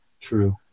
True